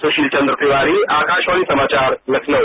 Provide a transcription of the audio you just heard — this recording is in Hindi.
सुशील चन्द्र तिवारी आकाशवाणी समाचार लखनऊ